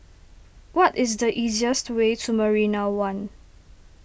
what is the easiest way to Marina one